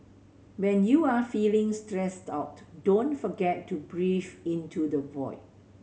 when you are feeling stressed out don't forget to breathe into the void